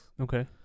Okay